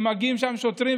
שמגיעים לשם שוטרים,